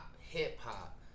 hip-hop